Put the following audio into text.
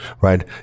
right